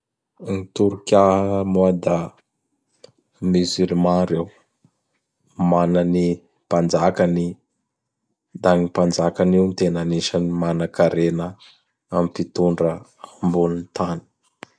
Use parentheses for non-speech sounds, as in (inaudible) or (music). (noise) Gn turkoi moa da (noise) Musulman reo. Mana ny Mpanjakany i; da gn Mpanjakany io gn tena agnisan'ny manan-karena am mpitondra ambonin'ny tany.